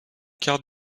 quart